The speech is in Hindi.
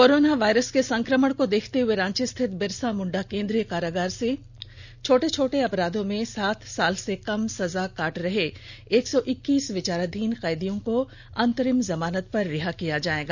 कोरोना वायरस के संक्रमण को देखते हुए रांची स्थित बिरसा मुंडा केंद्रीय कारागार से छोटे छोटे अपराधों में सात साल से कम सजा काट रहे एक सौ इक्कीस विचाराधीन कैदियों को अंतरिम जमानत पर रिहा किया जाएगा